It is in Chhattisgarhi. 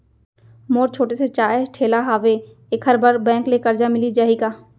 मोर छोटे से चाय ठेला हावे एखर बर बैंक ले करजा मिलिस जाही का?